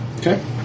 Okay